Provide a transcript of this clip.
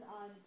on